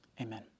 Amen